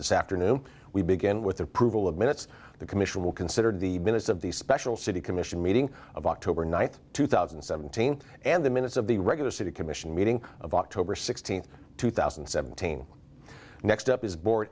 this afternoon we began with approval of minutes the commission will consider the minutes of the special city commission meeting of october ninth two thousand and seventeen and the minutes of the regular city commission meeting of october sixteenth two thousand and seventeen next up is bo